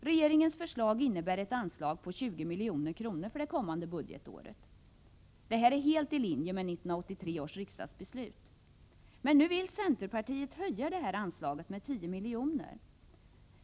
Regeringens förslag innebär ett anslag på 20 milj.kr. för kommande budgetår. Detta är helt i linje med 1983 års riksdagsbeslut. Nu vill centerpartiet höja detta anslag med 10 milj.kr.